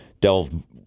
Delve